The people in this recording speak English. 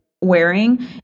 wearing